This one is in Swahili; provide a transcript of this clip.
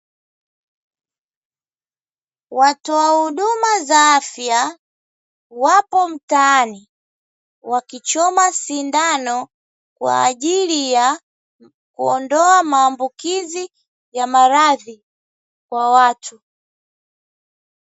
Watoa huduma za afya, wapo mtaani wakichoma sindano kwa ajili ya kuondoa maambukizi ya maradhi kwa watu.